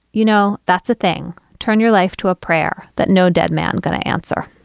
you know, that's a thing. turn your life to a prayer that no dead man gonna answer